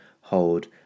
hold